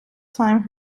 time